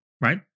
right